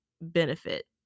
benefit